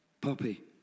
Poppy